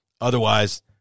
otherwise